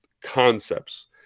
concepts